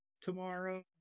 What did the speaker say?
tomorrow